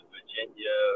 Virginia